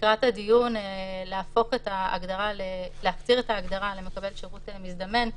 לקראת הדיון להחזיר את ההגדרה למקבל שירות מזדמן,